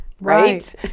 Right